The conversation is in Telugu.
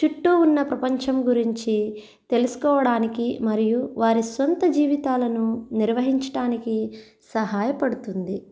చుట్టూ ఉన్న ప్రపంచం గురించి తెలుసుకోవడానికి మరియు వారి సొంత జీవితాలను నిర్వహించడానికి సహాయపడుతుంది